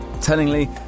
Tellingly